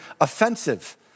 offensive